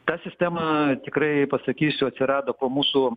ta sistema tikrai pasakysiu atsirado po mūsų